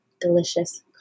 delicious